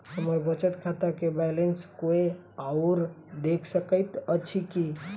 हम्मर बचत खाता केँ बैलेंस कोय आओर देख सकैत अछि की